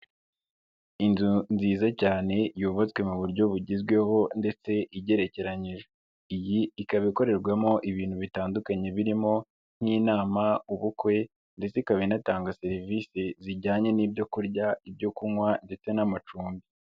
Inzu nziza cyane yubatswe mu buryo bugezweho ndetse igerekeranyije, iyi ikaba ikorerwamo ibintu bitandukanye birimo nk'inama, ubukwe ndetse ikaba inatanga serivise zijyanye n'ibyo kurya, ibyo kunywa ndetse n'amacumbi.